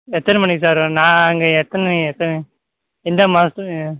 எத்தனை மணிக்கு சார் வரணும் நான் அங்கே எத்தனை எத்தனை எந்த